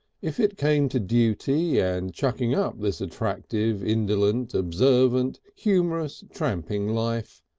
if it came to duty and chucking up this attractive, indolent, observant, humorous, tramping life,